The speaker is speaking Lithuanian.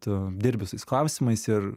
tu dirbi su tais klausimais ir